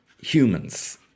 humans